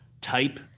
type